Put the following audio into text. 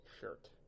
shirt